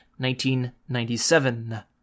1997